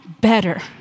better